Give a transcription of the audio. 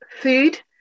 food